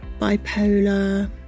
bipolar